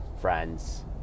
friends